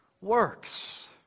works